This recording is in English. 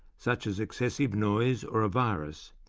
such as excessive noise or a virus,